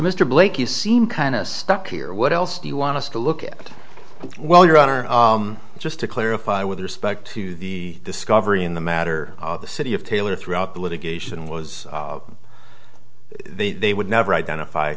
mr blake you seem kind of stuck here what else do you want us to look at well your honor just to clarify with respect to the discovery in the matter of the city of taylor throughout the litigation was they would never identify